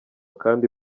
kandi